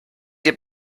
dir